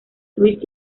luis